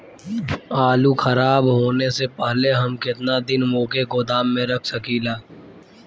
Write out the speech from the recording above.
आलूखराब होने से पहले हम केतना दिन वोके गोदाम में रख सकिला?